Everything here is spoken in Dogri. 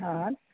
हां